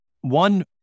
one